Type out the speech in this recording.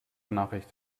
nachricht